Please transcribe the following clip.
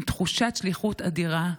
עם תחושת שליחות אדירה,